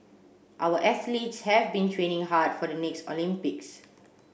our athletes have been training hard for the next Olympics